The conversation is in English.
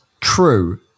true